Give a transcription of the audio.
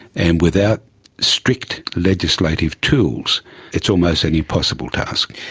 and without strict legislative tools it's almost an impossible task.